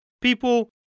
people